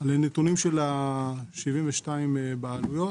הנתונים של ה-72 בעלויות.